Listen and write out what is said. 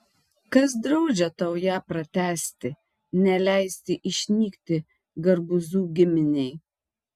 kas draudžia tau ją pratęsti neleisti išnykti garbuzų giminei